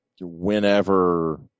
whenever